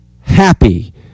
happy